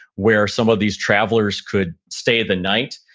where some of these travelers could stay the night.